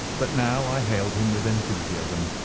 but now i hailed him with enthusiasm,